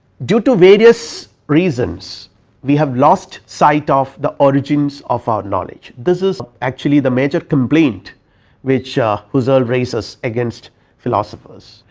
due to various reasons we have lost sight of the origins of our knowledge, this is actually the major complaint which husserl rises against philosophers,